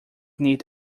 need